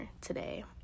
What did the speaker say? today